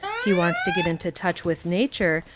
he wants to get into touch with nature,